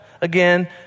again